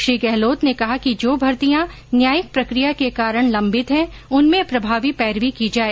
श्री गहलोत ने कहा कि जो भर्तियां न्यायिक प्रक्रिया के कारण लम्बित है उनमें प्रभावी पैरवी की जाए